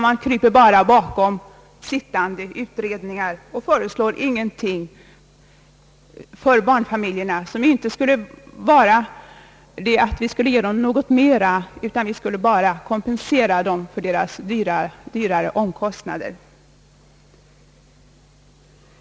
Man kryper bakom sittande utredningar och föreslår inte att barnfamiljerna skulle få något mera, som kompenserar dem bara för deras högre omkostnader.